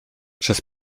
przez